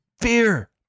Fear